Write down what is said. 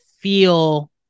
feel